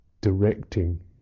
directing